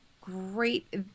great